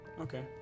okay